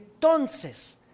entonces